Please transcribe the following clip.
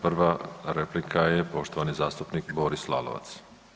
Prva replika je poštovani zastupnik Boris Lalovac.